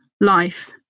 life